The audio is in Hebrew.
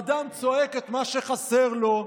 אדם צועק את מה שחסר לו.